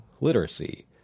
literacy